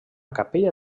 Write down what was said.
capella